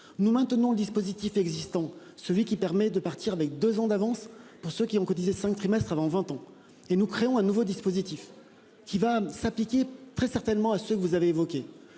Nous maintenons le dispositif existant, celui qui permet de partir avec 2 ans d'avance pour ceux qui ont cotisé cinq trimestres avant 20 ans et nous créons un nouveau dispositif qui va s'appliquer très certainement à ce que vous avez évoquées